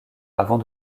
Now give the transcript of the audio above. avant